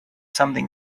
something